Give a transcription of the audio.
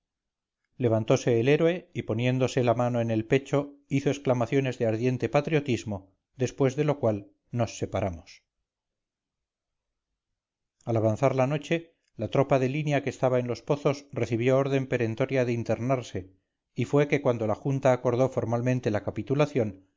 franceses levantose el héroe y poniéndose la manoen el pecho hizo exclamaciones de ardiente patriotismo después de lo cual nos separamos al avanzar la noche la tropa de línea que estaba en los pozos recibió orden perentoria de internarse y fue que cuando la junta acordó formalmente la capitulación